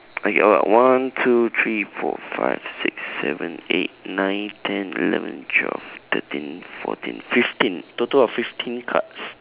I got one two three four five six seven eight nine ten eleven twelve thirteen fourteen fifteen total of fifteen cards